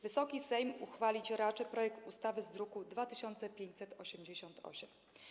Wysoki Sejm uchwalić raczy projekt ustawy z druku nr 2588.